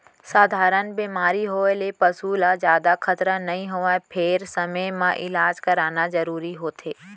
सधारन बेमारी होए ले पसू ल जादा खतरा नइ होवय फेर समे म इलाज कराना जरूरी होथे